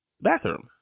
Bathroom